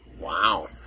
Wow